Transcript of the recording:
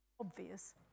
Obvious